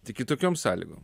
tik kitokiom sąlygom